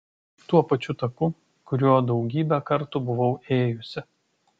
tuo pačiu taku kuriuo daugybę kartų buvau ėjusi